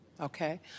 okay